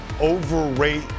overrate